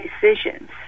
decisions